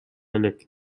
элек